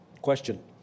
Question